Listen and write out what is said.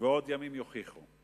וימים עוד יוכיחו.